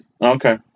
Okay